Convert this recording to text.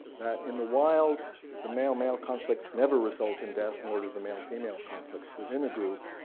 that in the wild the male male conflicts never result in death nor do the male female conflicts within a group,